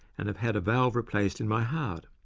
and have had a valve replaced in my heart.